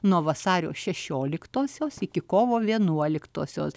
nuo vasario šešioliktosios iki kovo vienuoliktosios